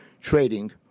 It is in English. trading